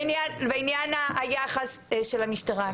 מאופקת בעניין היחס של המשטרה,